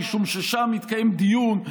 משום ששם התקיים דיון,